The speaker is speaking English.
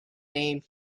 name